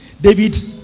David